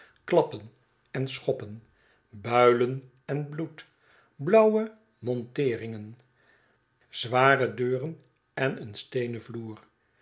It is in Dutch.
klappen en schoppen builen en bloed blauwe monteeringen zware deuren en een steenen vloer